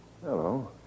Hello